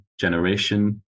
generation